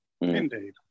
Indeed